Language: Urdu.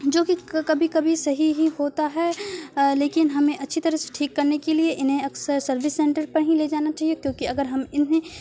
جوکہ کبھی کبھی صحیح ہی ہوتا ہے لیکن ہمیں اچھی طرح سے ٹھیک کرنے کے لیے انہیں اکثر سروس سینٹر پر ہی لے جانا چاہیے کیوںکہ اگر ہم انہیں